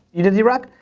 you did it drock?